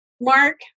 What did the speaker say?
Mark